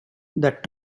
that